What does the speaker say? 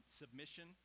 submission